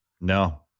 No